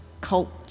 culture